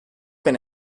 been